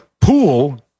pool